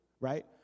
right